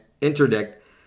interdict